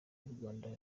yurwanda